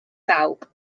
bawb